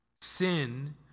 Sin